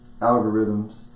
algorithms